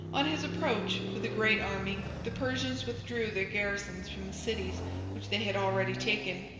on his approach, with a great army, the persians withdrew their garrisons from the cities which they had already taken,